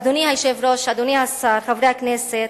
אדוני היושב-ראש, אדוני השר, חברי הכנסת,